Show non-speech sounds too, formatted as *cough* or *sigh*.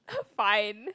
*laughs* fine